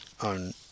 on